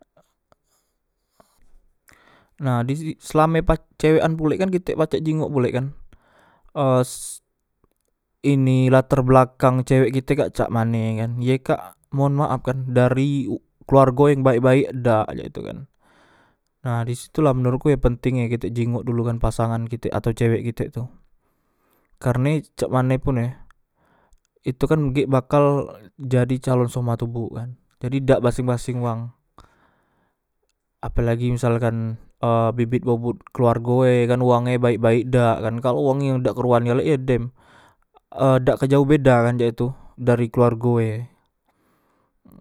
Nah disi selame cewekan kite pacak pulek kan e ini latar belakang cewek kite kak cak mane ye kak moon maap kan dari keluargo yang baek baek dak cak itu kan nah disitulah menurutku e penting e kito jinggok dulu pasangan kitek atau cewek kitek tu karne cak mane pun e itukan gek bakal jadi calon soma tobo kan jadi dak baseng baseng wang ape lagi misalkan e bibit bobot keluargoe kan e wang e baek baek dak kalok wonge yang dak keruan gale yo dem e dak ke jaoh beda kan cak itu dari keluargo e